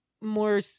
more